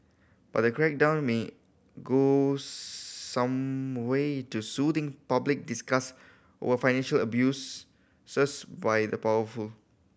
but the crackdown may go some way to soothing public disgust over financial abuses by the powerful